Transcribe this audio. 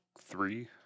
three